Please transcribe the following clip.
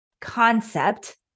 concept